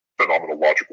phenomenological